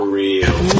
real